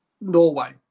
Norway